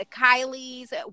Kylie's